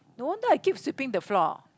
don't tell I keep sweeping the floor